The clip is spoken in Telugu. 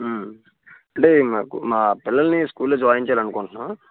అంటే మాకు మా పిల్లల్ని స్కూల్లో జాయిన్ చేయాలనుకుంటున్నాము